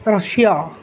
Russia